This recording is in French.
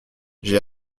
j’ai